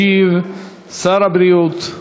ישיב שר הבריאות,